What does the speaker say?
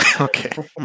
okay